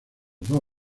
dos